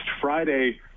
Friday